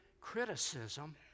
criticism